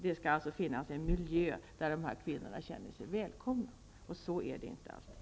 Det skall alltså finnas en miljö där kvinnorna känner sig välkomna. Så är det inte alltid.